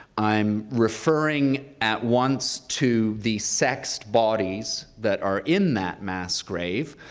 i'm referring at once to the sexed bodies that are in that mass grave,